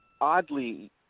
oddly